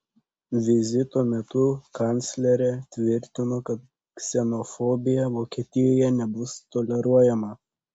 vizito metu kanclerė tvirtino kad ksenofobija vokietijoje nebus toleruojama